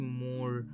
more